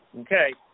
Okay